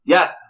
Yes